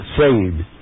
saved